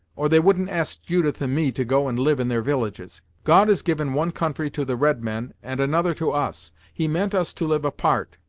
or they wouldn't ask judith and me to go and live in their villages. god has given one country to the red men and another to us. he meant us to live apart.